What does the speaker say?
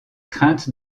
crainte